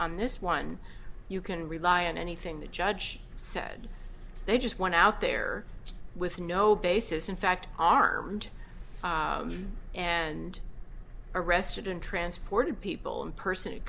on this one you can rely on anything the judge said they just want out there with no basis in fact armed and arrested and transported people in person